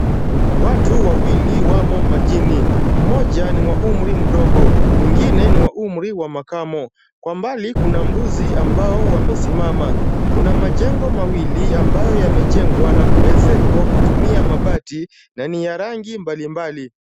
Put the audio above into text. Watu wawili wamo majini, mmoja ni wa umri mdogo, mwingine ni wa umri wa makamo. Kwa mbali kuna mbuzi ambao wamesimama, kuna majengo mawili ambayo yamejengwa na kuezekwa kutumia mabati, na ni ya rangi mbalimbali.